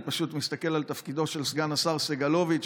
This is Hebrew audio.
אני פשוט מסתכל על תפקידו של סגן השר סגלוביץ',